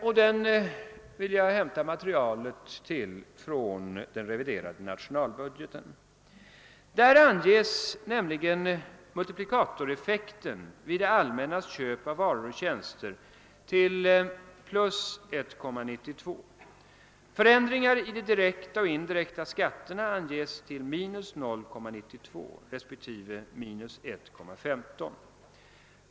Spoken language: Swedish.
Jag vill hämta materialet :till den från den reviderade nationalbudgeten. Där anges multiplikatoreffekten vid det allmännas köp av varor och tjänster till plus 1,92. Förändringar i de direkta och indirekta skatterna anges till minus 0,92 respektive minus 1,15.